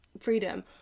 freedom